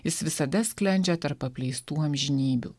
jis visada sklendžia tarp apleistų amžinybių